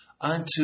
unto